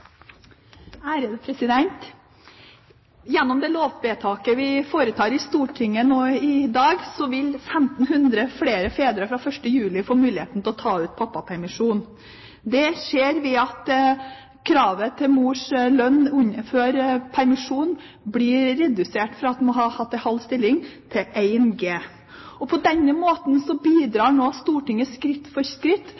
denne sammenhengen. Gjennom det lovvedtaket vi fatter i Stortinget nå i dag, vil 1 500 flere fedre fra juli få mulighet til å ta ut pappapermisjon. Det skjer ved at kravet til mors lønn før permisjon blir redusert fra en halv stilling til 1G. På denne måten